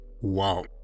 Wow